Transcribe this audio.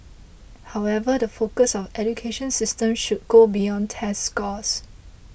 however the focus of education system should go beyond test scores